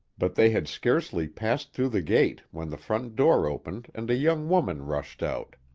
but they had scarcely passed through the gate when the front door opened and a young woman rushed out.